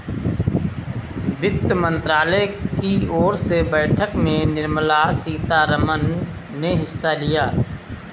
वित्त मंत्रालय की ओर से बैठक में निर्मला सीतारमन ने हिस्सा लिया